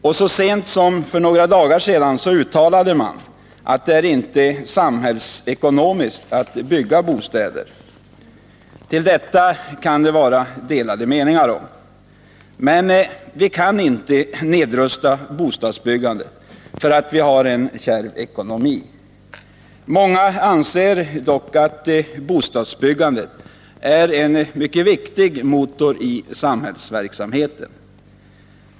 Och så sent som för några dagar secan uttalades att det inte är samhällsekonomiskt att bygga bostäder. Detta kan det råda delade meningar om. Men vi kan inte nedrusta bostadsbyggandet för att vi har en kärv ekonomi. Många anser att bostadsbyggandet är en mycket viktigt motor i samhällsverksamheten.